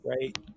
right